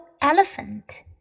Elephant